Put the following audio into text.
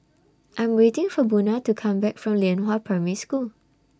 I Am waiting For Buna to Come Back from Lianhua Primary School